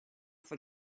for